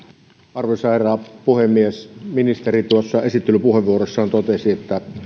arvoisa herra puhemies ministeri tuossa esittelypuheenvuorossaan totesi että